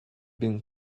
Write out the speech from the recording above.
been